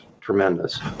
tremendous